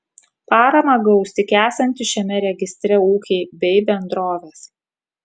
paramą gaus tik esantys šiame registre ūkiai bei bendrovės